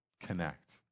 connect